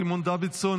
סימון דוידסון,